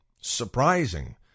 surprising